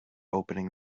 opening